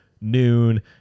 noon